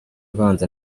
ubanza